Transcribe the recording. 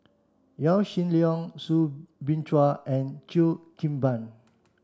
Yaw Shin Leong Soo Bin Chua and Cheo Kim Ban